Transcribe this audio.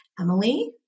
Emily